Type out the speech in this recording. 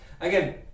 Again